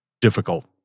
difficult